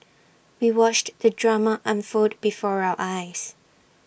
we watched the drama unfold before our eyes